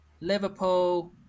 Liverpool